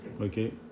okay